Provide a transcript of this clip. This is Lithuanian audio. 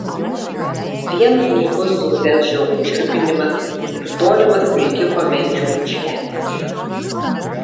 vien nykus rudens žiogų čirpinimas ir tolimas vilkiko menčių pliuškenimas